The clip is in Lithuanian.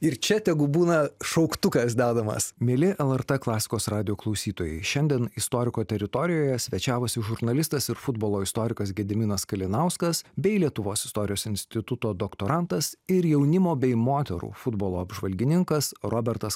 ir čia tegu būna šauktukas dedamas mieli lrt klasikos radijo klausytojai šiandien istoriko teritorijoje svečiavosi žurnalistas ir futbolo istorikas gediminas kalinauskas bei lietuvos istorijos instituto doktorantas ir jaunimo bei moterų futbolo apžvalgininkas robertas